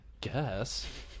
guess